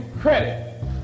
credit